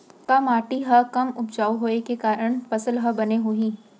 का माटी हा कम उपजाऊ होये के कारण फसल हा बने होही?